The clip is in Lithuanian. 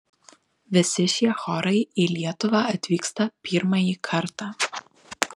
visi šie chorai į lietuvą atvyksta pirmąjį kartą